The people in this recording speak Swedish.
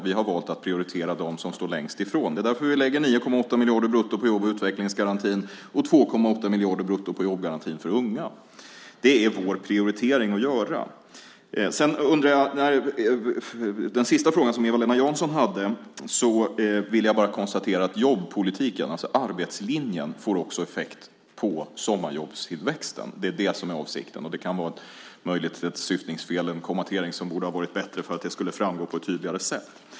Vi har valt att prioritera dem som står längst ifrån. Därför lägger vi 9,8 miljarder brutto på jobb och utvecklingsgarantin och 2,8 miljarder brutto på jobbgarantin för unga. Det är den prioritering vi har att göra. Beträffande Eva-Lena Janssons sista fråga vill jag bara konstatera att jobbpolitiken, alltså arbetslinjen, också får effekt på sommarjobbstillväxten. Det är det som är avsikten. Möjligen kan det vara ett syftningsfel, och kanske borde kommateringen ha varit bättre för att det skulle framgå på ett tydligare sätt.